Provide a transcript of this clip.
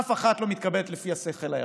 אף אחת מהן לא מתקבלת לפי השכל הישר,